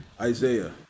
Isaiah